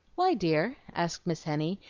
why, dear? asked miss henny,